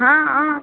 हाँ अहाँ